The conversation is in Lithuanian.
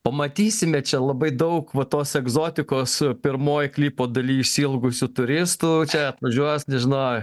pamatysime čia labai daug va tos egzotikos pirmoj klipo daly išsiilgusių turistų čia atvažiuos nežinau